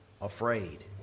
afraid